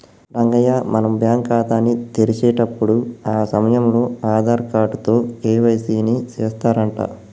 రంగయ్య మనం బ్యాంకు ఖాతాని తెరిచేటప్పుడు ఆ సమయంలో ఆధార్ కార్డు తో కే.వై.సి ని సెత్తారంట